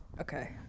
Okay